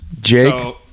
Jake